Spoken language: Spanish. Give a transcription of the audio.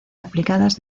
aplicadas